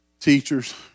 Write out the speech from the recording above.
teachers